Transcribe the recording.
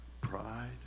pride